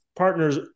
Partners